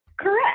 Correct